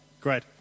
Great